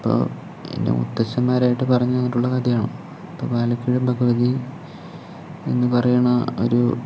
അപ്പോൾ എൻ്റെ മുത്തശ്ശന്മാരായിട്ട് പറഞ്ഞു തന്നിട്ടുള്ള കഥയാണ് ഇപ്പോൾ പാലക്കിഴിൽ ഭഗവതി എന്നു പറയണ ഒരു